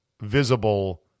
visible